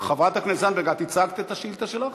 חברת הכנסת זנדברג, את הצגת את השאילתה שלך?